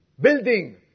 Building